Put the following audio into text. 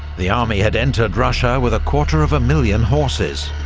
the army had entered russia with quarter of a million horses,